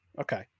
Okay